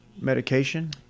medication